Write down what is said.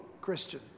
Christian